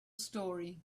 story